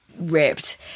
ripped